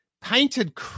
painted